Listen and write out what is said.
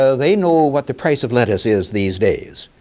so they know what the price of lettuce is these days.